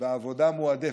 בעבודה מועדפת,